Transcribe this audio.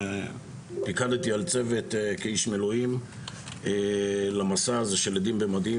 פיקדתי על צוות כאיש מילואים במסע הזה של "עדים במדים",